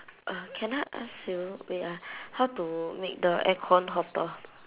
uh can I ask you wait ah how to make the aircon hotter